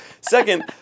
Second